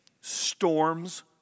Storms